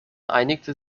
einigte